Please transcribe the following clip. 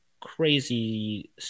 crazy